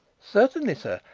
certainly, sir.